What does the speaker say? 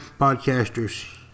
podcasters